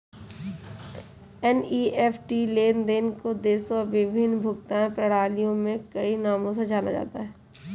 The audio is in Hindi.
एन.ई.एफ.टी लेन देन को देशों और विभिन्न भुगतान प्रणालियों में कई नामों से जाना जाता है